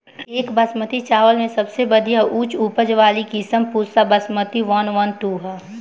एक बासमती चावल में सबसे बढ़िया उच्च उपज वाली किस्म Pusa Basmati one one two one ह?